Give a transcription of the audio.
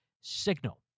signal